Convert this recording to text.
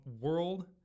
world